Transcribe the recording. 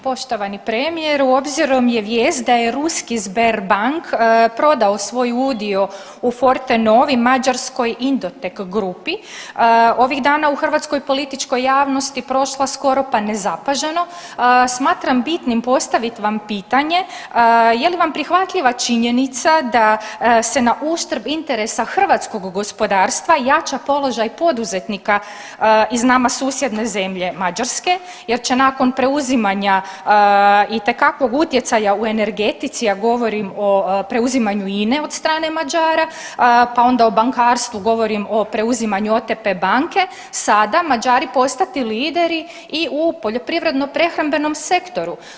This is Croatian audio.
Poštovani premijeru, obzirom je vijest da je ruski Sberbank prodao svoj udio u Fortenovi mađarskoj Indotek grupi ovih dana u hrvatskoj političkoj javnosti prošla skoro pa nezapaženo smatram bitnim postavit vam pitanje je li vam prihvatljiva činjenica da se na uštrb interesa hrvatskog gospodarstva jača položaj poduzetnika iz nama susjedne zemlje Mađarske, jer će nakon preuzimanja itekakvog utjecaja u energetici, a govorim o preuzimanju INA-e od strane Mađara, pa onda o bankarstvu govorim o preuzimanju OTP banke sada Mađari postati lideri i u poljoprivredno-prehrambenom sektoru.